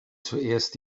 zuerst